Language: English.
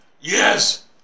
Yes